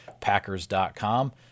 Packers.com